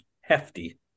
Hefty